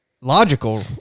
logical